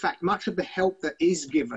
אלא היא חלק מהפתרון לשלום במזרח התיכון